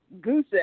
goose